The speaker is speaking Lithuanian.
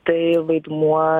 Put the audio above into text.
tai vaidmuo